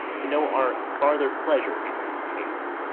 to know our farther pleasure in this case,